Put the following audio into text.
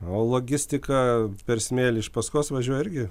o logistika per smėlį iš paskos važiuoja irgi